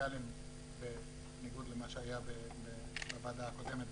כימיקלים בניגוד למה שהיה בוועדה הקודמת,